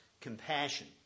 compassion